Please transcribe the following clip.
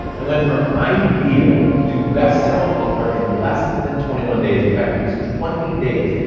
i went from idea to best selling author in less than twenty one days. in fact, it was twenty days,